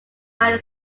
united